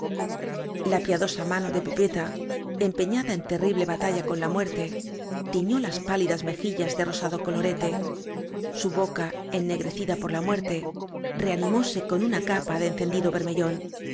la piadosa mano de pepe ta empeñada en terrible batalla con la muerte tiñó las pálidas mejillas de rosado colorete su boca ennegrecida por la muerte reanimóse con una capa de encendido bermellón